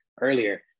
earlier